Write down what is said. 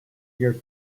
your